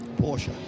Porsche